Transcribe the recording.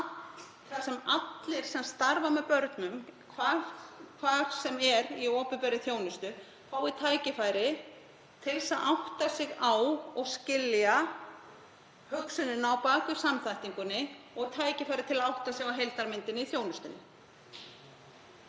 þar sem allir sem starfa með börnum, hvar sem er í opinberri þjónustu, fái tækifæri til að átta sig á og skilja hugsunina á bak við samþættinguna og tækifæri til að átta sig á heildarmyndinni í þjónustunni.